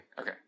Okay